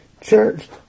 church